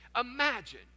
Imagine